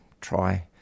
try